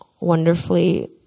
wonderfully